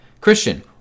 Christian